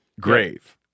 grave